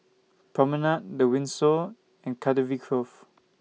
Promenade The Windsor and Cardifi Grove